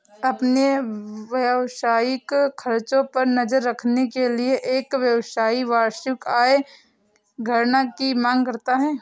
अपने व्यावसायिक खर्चों पर नज़र रखने के लिए, एक व्यवसायी वार्षिक आय गणना की मांग करता है